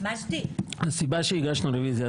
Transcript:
הסיבה שהגשנו רוויזיה,